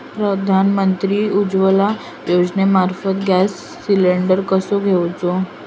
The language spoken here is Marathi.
प्रधानमंत्री उज्वला योजनेमार्फत गॅस सिलिंडर कसो घेऊचो?